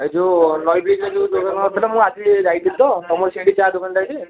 ଏଇ ଯେଉଁ ନଇ ବ୍ରିଜ୍ରେ ଯେଉଁ ଯୋଜନା କଥାଟା ମୁଁ ଆଜି ଯାଇଥିଲି ତ ତୁମର ସେଇଠି ଚା ଦୋକାନ୍ଟା ଟି